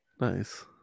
Nice